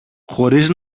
χωρίς